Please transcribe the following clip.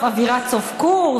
אווירת סוף קורס?